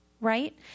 Right